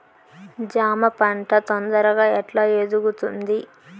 జామ పంట తొందరగా ఎట్లా ఎదుగుతుంది?